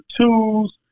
tools